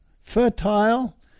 fertile